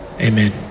Amen